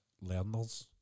learners